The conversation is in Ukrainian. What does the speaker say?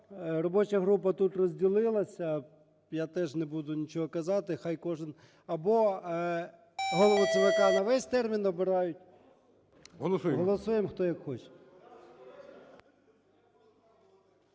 Робоча група тут розділилася, я теж не буду нічого казати, хай кожен… Або Голову ЦВК на весь термін обирають. Голосуємо, хто як хоче.